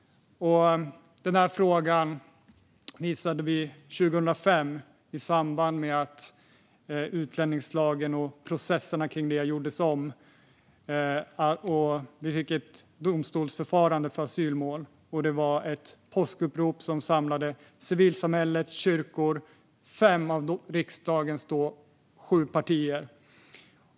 Den här frågan tog vi upp 2005 i samband med att utlänningslagen och processerna gjordes om. Vi fick ett domstolsförfarande för asylmål. Det var ett påskupprop som samlade civilsamhället, kyrkor och fem av riksdagens då sju partier.